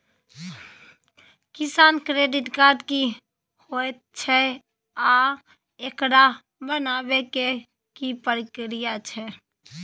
किसान credit card की होयत छै आ एकरा बनाबै के की प्रक्रिया छै?